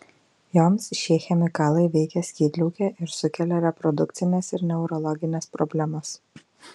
joms šie chemikalai veikia skydliaukę ir sukelia reprodukcines ir neurologines problemas